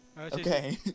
Okay